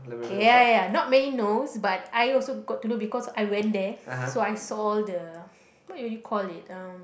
ya ya not many knows but I also got to know because I went there so I saw the what will you call it um